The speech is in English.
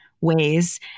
ways